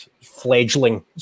fledgling